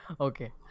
Okay